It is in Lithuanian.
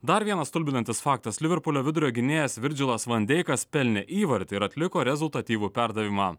dar vienas stulbinantis faktas liverpulio vidurio gynėjas virdžilas van deikas pelnė įvartį ir atliko rezultatyvų perdavimą